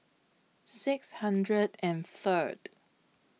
six hundred and Third